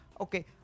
Okay